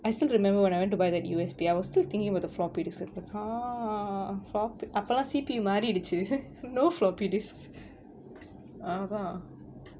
I still remember when I went to buy that U_S_B I was still thinking about the floppy disk like like !huh! flop~ அப்பெல்லாம்:appellam C_P_U மாறிருச்சு:mariruchu no floppy disks அதான்:athaan